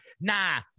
nah